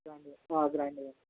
గ్రాండ్గా గ్రాండ్గా